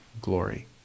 glory